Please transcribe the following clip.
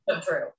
true